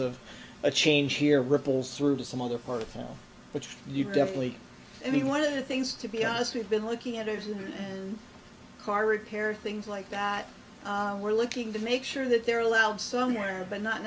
of a change here ripples through to some other part of town which you definitely i mean one of the things to be honest we've been looking at is the car repair things like that we're looking to make sure that they're allowed somewhere but not